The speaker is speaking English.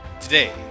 Today